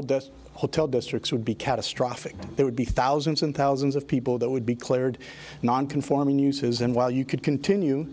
dust hotel districts would be catastrophic there would be thousands and thousands of people that would be cleared nonconforming uses and while you could continue